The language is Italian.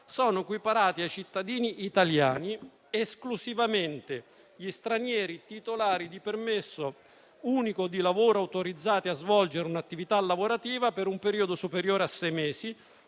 «Sono equiparati ai cittadini italiani esclusivamente gli stranieri titolari di permesso unico di lavoro autorizzati a svolgere un'attività lavorativa per un periodo superiore a sei mesi,